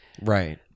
right